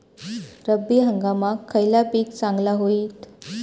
रब्बी हंगामाक खयला पीक चांगला होईत?